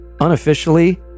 unofficially